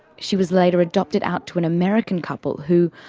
she was later adopted out to an american couple who,